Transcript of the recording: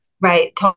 Right